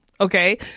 Okay